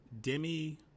Demi